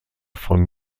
von